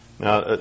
Now